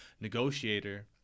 negotiator